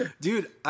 Dude